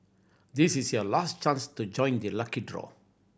this is your last chance to join the lucky draw